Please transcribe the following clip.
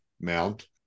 mount